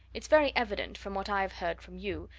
it's very evident, from what i've heard from you,